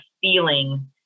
feeling